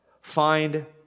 find